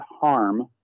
harm